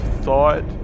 thought